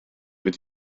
fynd